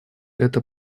это